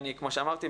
כמו שאמרתי,